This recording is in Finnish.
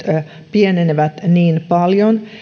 pienenevät niin paljon